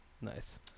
Nice